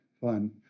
fun